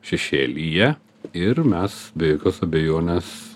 šešėlyje ir mes be jokios abejonės